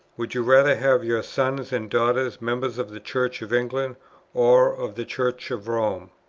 would you rather have your sons and daughters members of the church of england or of the church of rome?